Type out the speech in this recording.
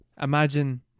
imagine